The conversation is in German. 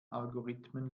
algorithmen